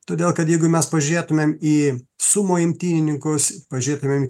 todėl kad jeigu mes pažiūrėtumėm į sumo imtynininkus pažiūrėtumėm į